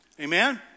Amen